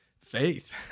faith